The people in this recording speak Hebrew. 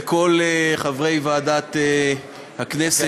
לכל חברי ועדת הכנסת,